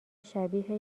شبیه